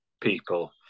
people